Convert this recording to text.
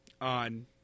on